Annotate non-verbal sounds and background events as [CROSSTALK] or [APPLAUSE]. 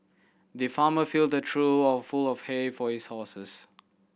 the farmer filled a trough [UNINTELLIGIBLE] of hay for his horses